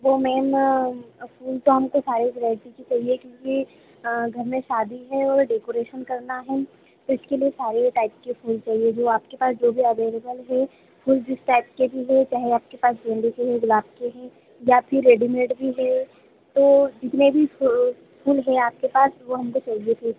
वो मैम फूल तो हमको सारे वैराईटी के चाहिए क्योंकि घर में शादी है और डेकोरेशन करना है तो इसके लिए सारे टाइप के फूल चाहिए जो आपके पास जो भी अवेलेबल हैं फूल जिस टाइप के हों चाहे आपके पास गेंदे के हो गुलाब के हों या फिर रेडीमेड भी है तो जितने भी है फू फूल है आपके पास वो हमको चहिए थे